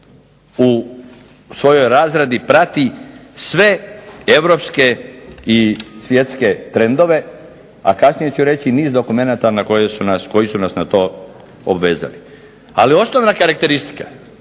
u svojoj razradi prati sve europske i svjetske trendove, a kasnije ću reći niz dokumenata koji su nas na to obvezali. Ali osnovna karakteristika